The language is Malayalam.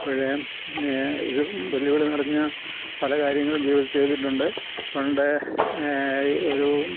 ഇപ്പോൾ ഇത് വെല്ലുവിളി നിറഞ്ഞ പല കാര്യങ്ങളും ജീവിതത്തിൽ ചെയ്തിട്ടുണ്ട് പണ്ട് ഒരു